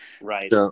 Right